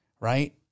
right